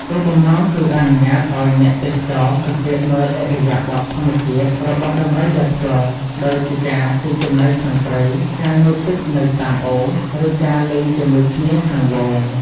គោលបំណងគឺអនុញ្ញាតឲ្យអ្នកទេសចរ សង្កេតមើលឥរិយាបថធម្មជាតិ របស់ដំរីដោយផ្ទាល់ ដូចជាការ ស៊ីចំណីក្នុងព្រៃ ការងូតទឹកនៅតាមអូរ ឬការលេងជាមួយគ្នាក្នុងហ្វូង។